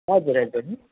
हजुर हजुर